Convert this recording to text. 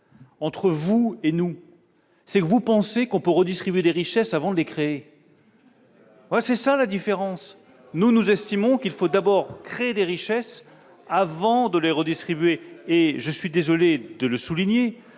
entre vous et nous, c'est que vous pensez qu'on peut redistribuer des richesses avant de les avoir créées. Voilà ! Nous, nous estimons qu'il faut d'abord créer des richesses avant de les redistribuer. C'est le b.a.-ba ! Je suis désolé de le souligner,